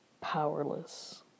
powerless